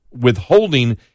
withholding